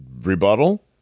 Rebuttal